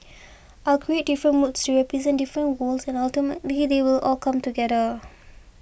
I'll create different moods to represent different worlds and ultimately they will all come together